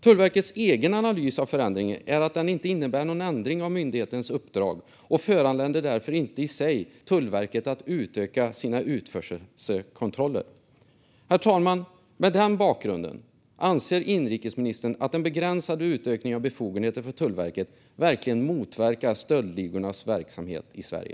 Tullverkets egen analys av förändringen är att den inte innebär någon ändring av myndighetens uppdrag och därför i sig inte föranleder Tullverket att utöka sina utförselkontroller. Herr talman! Mot denna bakgrund - anser inrikesministern att den begränsade utökningen av befogenheter för Tullverket verkligen motverkar stöldligornas verksamhet i Sverige?